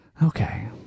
Okay